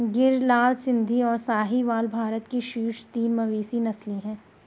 गिर, लाल सिंधी, और साहीवाल भारत की शीर्ष तीन मवेशी नस्लें हैं